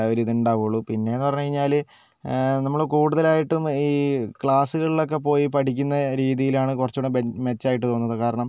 ഒരു ഇത് ഉണ്ടാവുള്ളൂ പിന്നെ എന്ന് പറഞ്ഞു കഴിഞ്ഞാൽ നമ്മൾ കൂടുതലായിട്ടും ഈ ക്ലാസുകളിലൊക്കെ പോയി പഠിക്കുന്ന രീതിയിലാണ് കുറച്ചുകൂടെ മെച്ച് മെച്ചം ആയിട്ട് തോന്നുന്നത് കാരണം